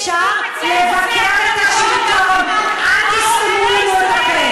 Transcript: אפשר לבקר את השלטון, אל תסתמו לנו את הפה.